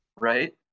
Right